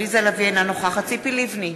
אינה נוכחת ציפי לבני,